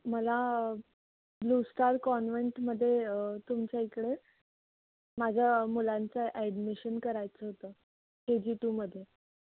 मला blue star कॉन्व्हेंटमध्ये तुमच्या इकडं माझ्या मुलांचं ॲडमिशन करायचं होतं केजी टूमध्ये